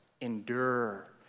Endure